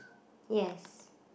yes